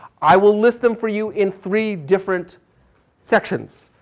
i will list them for you in three different sections.